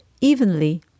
evenly